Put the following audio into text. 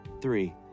three